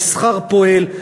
המסחר פועל,